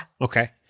Okay